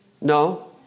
No